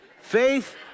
Faith